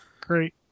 Great